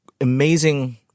Amazing